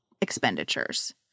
expenditures